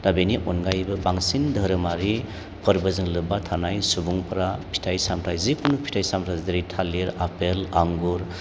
दा बिनि अनगायैबो बांसिन धोरोमारि फोरबोजों लोब्बा थानाय सुबुंफोरा फिथाइ सामथाइ जिखुनु फिथाइ सामथाइ जेरै थालिर आफेल आंगुर